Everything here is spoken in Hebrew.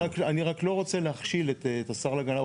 אני רק לא רוצה להכשיל את השר להגנת הסביבה,